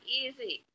easy